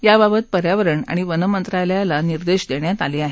याबाबत पर्यावरण आणि वन मंत्रालयाला निर्देश देण्यात आले आहेत